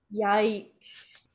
Yikes